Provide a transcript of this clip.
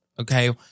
Okay